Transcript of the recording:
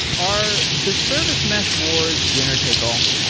are the service mesh wars winner-take-all?